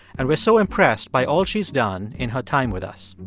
and we're so impressed by all she's done in her time with us.